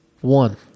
One